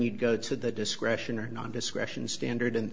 you go to the discretion or non discretion standard